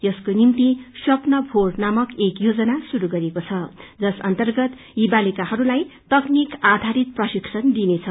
यसको निम्ति स्पन्न भोर नामक एक योजना श्रुरू गरिएको छ जस अन्तर्गत यी नानीहस्लाई तकनिक आधारित प्रशिक्षण दिइनेछ